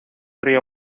río